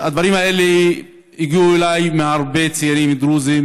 הדברים האלה הגיעו אליי מהרבה צעירים דרוזים